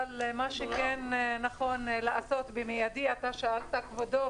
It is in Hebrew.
אבל מה שכן נכון לעשות במיידי אתה שאלת, כבודו,